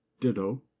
ditto